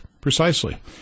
Precisely